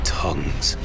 tongues